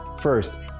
First